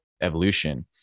evolution